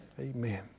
Amen